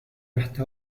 hasta